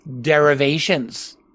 derivations